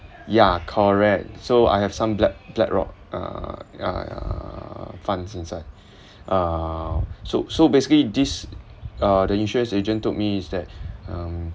ya correct so I have some black~ blackrock uh uh funds inside uh so so basically this uh the insurance agent told me is that um